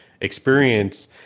experience